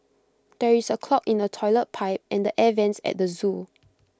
there is A clog in the Toilet Pipe and the air Vents at the Zoo